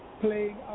playing